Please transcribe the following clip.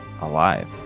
alive